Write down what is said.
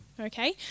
okay